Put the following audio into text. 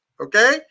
Okay